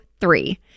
three